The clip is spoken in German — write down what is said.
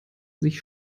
sich